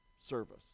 service